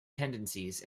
tendencies